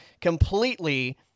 completely